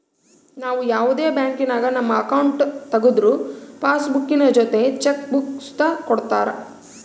ನಾವು ಯಾವುದೇ ಬ್ಯಾಂಕಿನಾಗ ನಮ್ಮ ಅಕೌಂಟ್ ತಗುದ್ರು ಪಾಸ್ಬುಕ್ಕಿನ ಜೊತೆ ಚೆಕ್ ಬುಕ್ಕ ಸುತ ಕೊಡ್ತರ